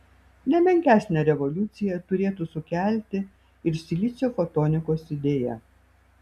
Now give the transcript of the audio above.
ne menkesnę revoliuciją turėtų sukelti ir silicio fotonikos idėja